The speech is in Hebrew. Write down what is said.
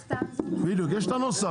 יש את הנוסח,